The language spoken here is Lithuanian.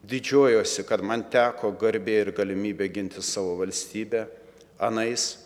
didžiuojuosi kad man teko garbė ir galimybė ginti savo valstybę anais